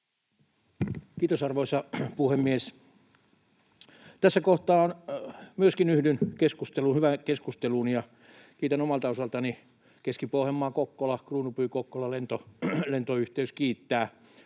Kiitos, arvoisa puhemies! Tässä kohtaa yhdyn myöskin hyvään keskusteluun ja kiitän omalta osaltani. Keski-Pohjanmaa—Kokkola, Kruunupyy—Kokkola-lentoyhteys kiittää